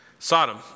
Sodom